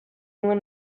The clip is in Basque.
nuen